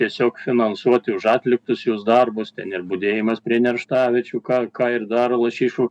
tiesiog finansuoti už atliktus jos darbus ten ir budėjimas prie nerštaviečių ką ką ir daro lašišų